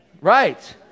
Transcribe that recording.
Right